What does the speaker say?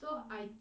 mm